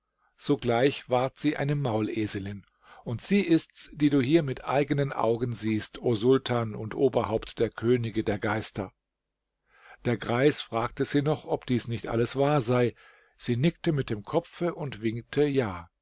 sogleich ward sie eine mauleselin und sie ist's die du hier mit eigenen augen siehst o sultan und oberhaupt der könige der geister der greis fragte sie noch ob dies nicht alles wahr sei sie nickte mit dem kopfe und winkte ja